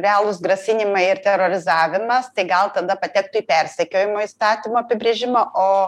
realūs grasinimai ir terorizavimas tai gal tada patektų į persekiojimo įstatymo apibrėžimą o